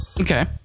Okay